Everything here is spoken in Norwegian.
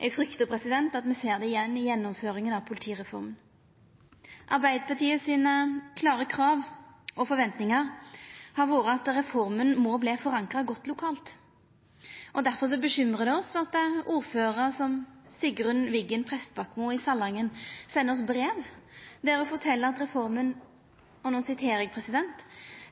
Eg fryktar at me ser det igjen i gjennomføringa av politireforma. Arbeidarpartiets klare krav og forventingar har vore at reforma må verta godt forankra lokalt. Difor bekymrar det oss at ordførarar som Sigrun Wiggen Prestbakmo i Salangen sender oss brev der ho fortel at reforma